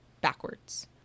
backwards